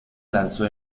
lanzó